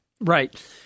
Right